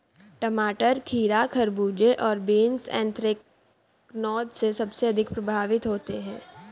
टमाटर, खीरा, खरबूजे और बीन्स एंथ्रेक्नोज से सबसे अधिक प्रभावित होते है